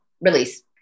release